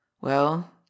Well